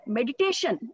Meditation